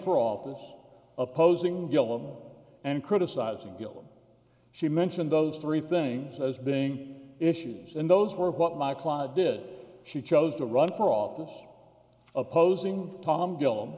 for office opposing gillum and criticizing them she mentioned those three things as being issues and those were what my client did she chose to run for office opposing tom gillum